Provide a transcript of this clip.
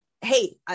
hey